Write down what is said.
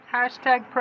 Hashtag